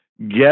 get